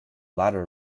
latter